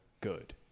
good